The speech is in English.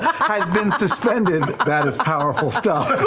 has been suspended. that is powerful stuff.